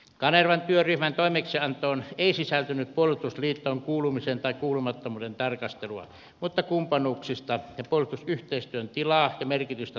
kanervan työryhmän toimeksiantoon ei sisältynyt puolustusliittoon kuulumisen tai kuulumattomuuden tarkastelua mutta kumppanuuksia ja puolustusyhteistyön tilaa ja merkitystä tarkasteltiin